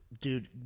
Dude